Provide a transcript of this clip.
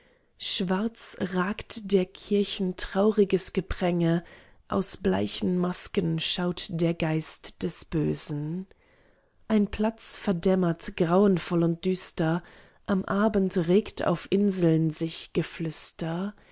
schwarz ragt der kirchen trauriges gepränge aus bleichen masken schaut der geist des bösen ein platz verdämmert grauenvoll und düster am abend regt auf inseln sich geflüster